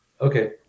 Okay